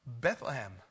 Bethlehem